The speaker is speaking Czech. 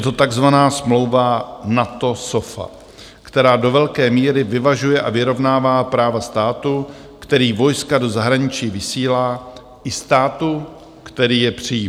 Je to takzvaná smlouva NATO SOFA, která do velké míry vyvažuje a vyrovnává práva státu, který vojska do zahraničí vysílá, i státu, který je přijímá.